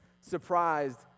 surprised